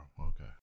okay